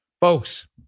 Folks